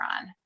on